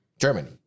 germany